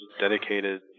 dedicated